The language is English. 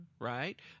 right